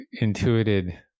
intuited